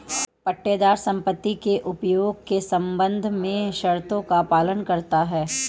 पट्टेदार संपत्ति के उपयोग के संबंध में शर्तों का पालन करता हैं